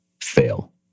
fail